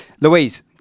Louise